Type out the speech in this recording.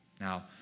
Now